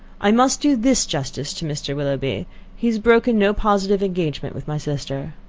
i must do this justice to mr. willoughby he has broken no positive engagement with my sister.